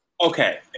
okay